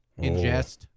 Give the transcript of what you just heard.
ingest